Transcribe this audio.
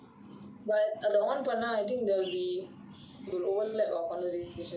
but அதை:athai on பண்ணினா:panninaa I think there will be it will overlap our conversation